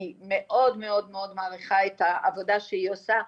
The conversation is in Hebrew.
מאוד מאוד מעריכה את העבודה שהיא עושה.